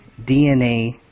DNA